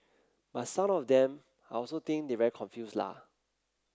but some of them I also think they very confuse la